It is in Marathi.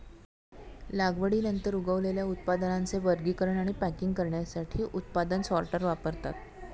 लागवडीनंतर उगवलेल्या उत्पादनांचे वर्गीकरण आणि पॅकिंग करण्यासाठी उत्पादन सॉर्टर वापरतात